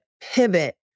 pivot